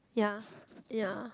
ya ya